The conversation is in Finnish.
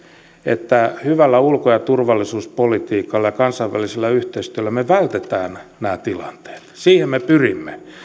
että hyvällä ulko ja turvallisuuspolitiikalla ja kansainvälisellä yhteistyöllä me vältämme nämä tilanteet siihen me pyrimme